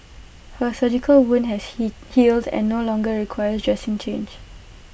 her surgical wound has healed and no longer requires dressing change